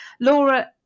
Laura